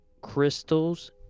crystals